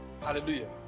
Hallelujah